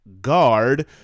guard